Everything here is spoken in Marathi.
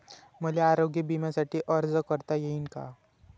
मले आरोग्य बिम्यासाठी अर्ज करता येईन का?